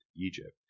Egypt